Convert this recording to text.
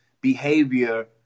behavior